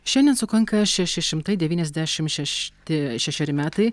šiandien sukanka šeši šimtai devyniasdešim šešti šešeri metai